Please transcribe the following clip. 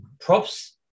Props